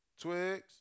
Twigs